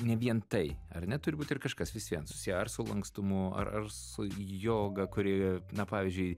ne vien tai ar ne turi būt ir kažkas vis vien susiję ar su lankstumu ar ar su joga kuri na pavyzdžiui